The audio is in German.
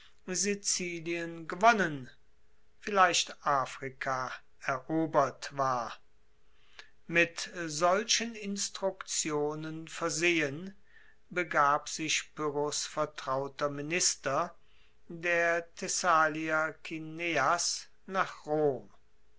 gewonnen vielleicht afrika erobert war mit solchen instruktionen versehen begab sich pyrrhos vertrauter minister der thessalier kineas nach rom